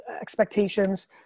expectations